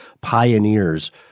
pioneers